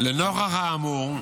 לנוכח האמור,